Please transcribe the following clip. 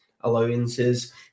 allowances